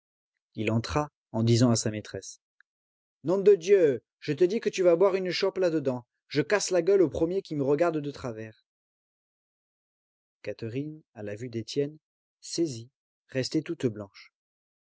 il entra en disant à sa maîtresse nom de dieu je te dis que tu vas boire une chope là-dedans je casse la gueule au premier qui me regarde de travers catherine à la vue d'étienne saisie restait toute blanche